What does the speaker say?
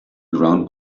ground